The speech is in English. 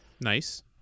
Nice